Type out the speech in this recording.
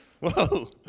Whoa